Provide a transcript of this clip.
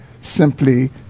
simply